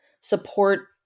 support